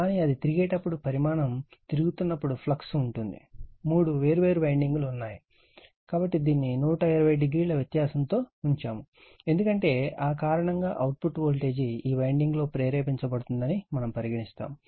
కానీ అది తిరిగేటప్పుడు పరిమాణం తిరుగుతున్నప్పుడు ఫ్లక్స్ ఉంటుంది మూడు వేర్వేరు వైండింగ్ లు ఉన్నాయి కాబట్టి వీటిని 120o వ్యత్యాసంతో ఉంచాము ఎందుకంటే ఆ కారణంగా అవుట్పుట్ వోల్టేజ్ ఈ వైండింగ్లో ప్రేరేపించబడుతుందని మనము పరిగణిస్తాము